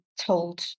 told